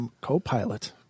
co-pilot